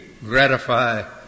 gratify